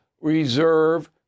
reserve